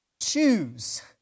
choose